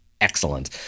excellent